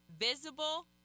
visible